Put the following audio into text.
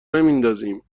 نمیندازیم